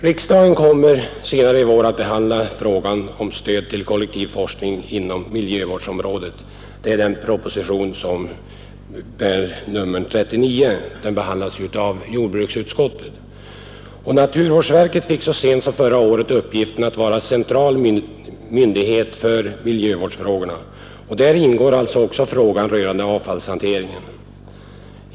Riksdagen kommer senare i år att behandla frågan om stöd till forskning inom miljövårdsområdet. Den frågan tas upp i propositionen 39, som ligger hos jordbruksutskottet. Naturvårdsverket fick så sent som förra året uppgiften att vara central myndighet för miljövårdsfrågor. Däri ingår också frågan rörande avfallshanteringen.